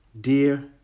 Dear